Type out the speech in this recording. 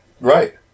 Right